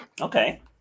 Okay